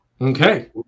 okay